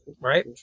Right